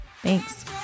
Thanks